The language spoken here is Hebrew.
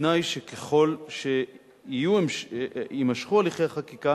ובתנאי שככל שיימשכו הליכי החקיקה